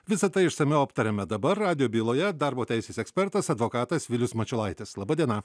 visa tai išsamiau aptariame dabar radijo byloje darbo teisės ekspertas advokatas vilius mačiulaitis laba diena